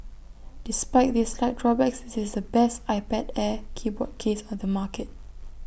despite these slight drawbacks this is the best iPad air keyboard case on the market